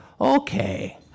okay